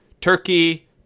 turkey